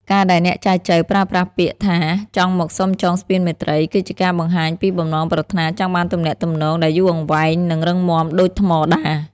ការដែលអ្នកចែចូវប្រើប្រាស់ពាក្យថា "ចង់មកសុំចងស្ពានមេត្រី" គឺជាការបង្ហាញពីបំណងប្រាថ្នាចង់បានទំនាក់ទំនងដែលយូរអង្វែង និងរឹងមាំដូចថ្មដា។